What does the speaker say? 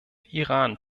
iran